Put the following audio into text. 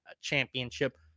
championship